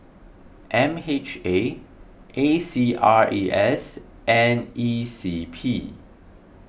M H A A C R E S and E C P